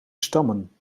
stammen